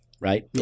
right